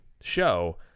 show